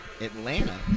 Atlanta